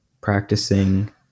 practicing